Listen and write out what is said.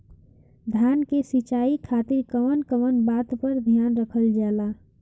धान के सिंचाई खातिर कवन कवन बात पर ध्यान रखल जा ला?